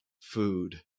food